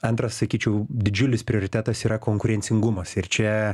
antras sakyčiau didžiulis prioritetas yra konkurencingumas ir čia